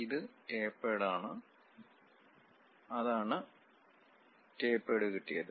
ഇത് ടേപേഡ് ആണ് അതാണ് ടേപേഡ് കിട്ടിയത്